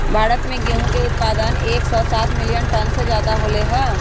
भारत में गेहूं के उत्पादन एकसौ सात मिलियन टन से ज्यादा होलय है